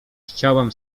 chciałam